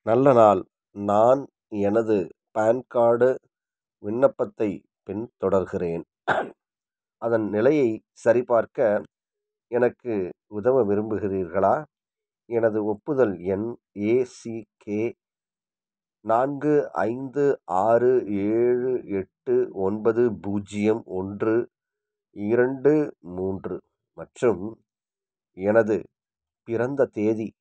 நல்ல நாள் நான் எனது பான் கார்டு விண்ணப்பத்தைப் பின்தொடர்கிறேன் அதன் நிலையை சரிபார்க்க எனக்கு உதவ விரும்புகிறீர்களா எனது ஒப்புதல் எண் ஏசிகே நான்கு ஐந்து ஆறு ஏழு எட்டு ஒன்பது பூஜ்ஜியம் ஒன்று இரண்டு மூன்று மற்றும் எனது பிறந்த தேதி